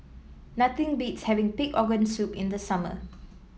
nothing beats having Pig Organ Soup in the summer